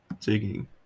taking